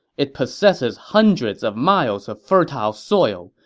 it possesses hundreds of miles of fertile soil.